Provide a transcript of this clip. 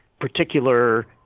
particular